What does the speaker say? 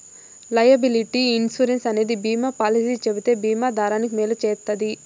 liability insurance అనేది బీమా policy చెబితే బీమా దారానికి మేలు చేస్తది